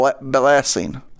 blessing